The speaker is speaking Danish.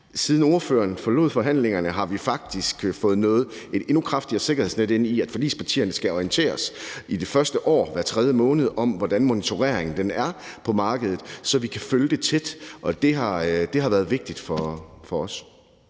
Siden ordføreren forlod forhandlingerne, har vi faktisk fået et endnu kraftigere sikkerhedsnet ind, i og med at forligspartierne i det første år hver tredje måned skal orienteres om, hvordan monitoreringen er på markedet, så vi kan følge det tæt. Og det har været vigtigt for os.